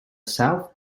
south